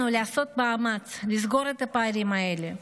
עלינו לעשות מאמץ לסגור את הפערים האלה,